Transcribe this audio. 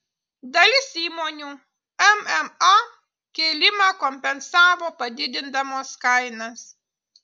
dalis įmonių mma kėlimą kompensavo padidindamos kainas